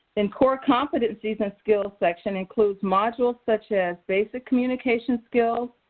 and core competencies and skills section includes modules such as basic communication skills,